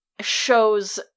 shows